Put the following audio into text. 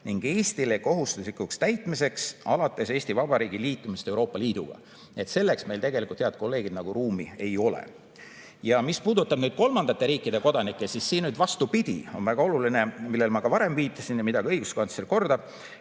ning on Eestile kohustuslikuks täitmiseks alates Eesti Vabariigi liitumisest Euroopa Liiduga." Nii et selleks meil tegelikult, head kolleegid, ruumi ei ole. Mis puudutab kolmandate riikide kodanikke, siis siin on vastupidi, väga oluline see, millele ma varem viitasin ja mida ka õiguskantsler kordab,